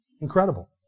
Incredible